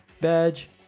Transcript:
badge